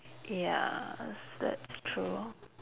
ya that's true